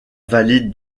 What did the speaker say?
vallée